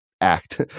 Act